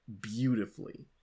beautifully